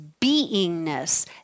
beingness